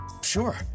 sure